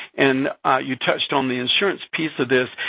and you touched on the insurance piece of this.